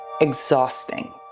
exhausting